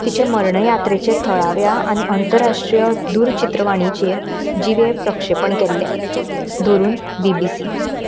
तिचें मर्णयात्रेचें थळाव्या आनी अंतराष्ट्रीय दुरचित्रवाणीचेर जिवें प्रक्षपण केल्लें धोरून बि बि सी